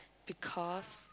because